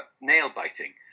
nail-biting